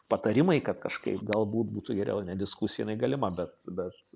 patarimai kad kažkaip galbūt būtų geriau ne diskusija galima bet bet